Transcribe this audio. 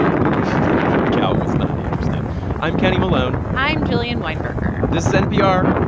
moo the cow was not interested i'm kenny malone i'm jillian weinberger this is npr.